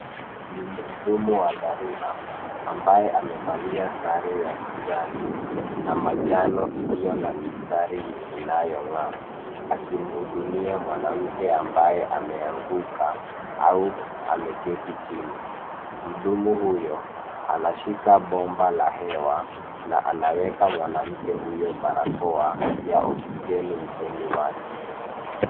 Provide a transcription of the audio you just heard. Ni mhudumu wa dharura ambaye amevalia sare ya kijani na manjano iliyo na mistari inayong'aa akimhudumia mwanamke ambaye ameanguka au ameketi chini. Mhudumu huyo anashika bomba la hewa na anaweka mwanamke barakoa ya oksijeni usoni wake.